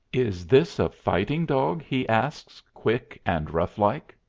is this a fighting dog? he asks, quick and rough-like.